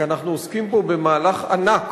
כי אנחנו עוסקים פה במהלך ענק